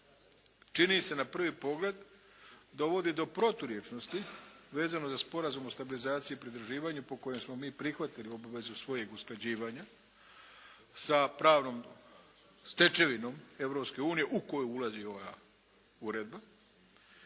čini se na prvi pogled dovodi do proturječnosti vezano za Sporazum o stabilizaciji i pridruživanju po kojem smo mi prihvatili obvezu svojeg usklađivanja sa pravnom stečevinom Europske unije u koju ulazi ova uredba,